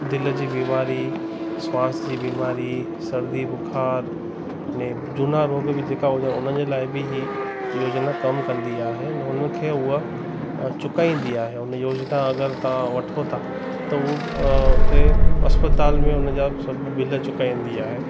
दिल जी बिमारी सुवास जी बिमारी सर्दी बुख़ारु ने झूना रोॻ बि जेका बि हुजनि उन लाइ बि ही योजना कमु कंदी आहे उनखे उहा चुकाईंदी आहे योजना अगरि तव्हां वठो था त हू उते अस्पताल में उनजा सभु बिल चुकाईंदी आहे